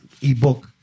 e-book